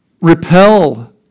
Repel